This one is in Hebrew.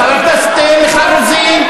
חברת הכנסת מיכל רוזין,